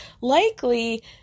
likely